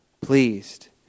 pleased